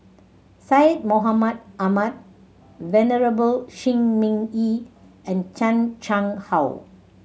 Syed Mohamed Ahmed Venerable Shi Ming Yi and Chan Chang How